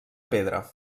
pedra